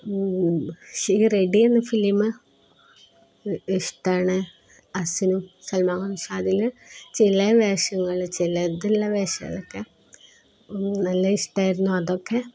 പക്ഷേ ഈ റെഡി എന്ന ഫിലിം ഇഷ്ടമാണ് അസിനും ചില വേഷങ്ങള് ചിലതുള്ള വേഷങ്ങളൊക്കെ നല്ല ഇഷ്ടമായിരുന്നു അതൊക്കെ